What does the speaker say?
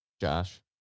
Josh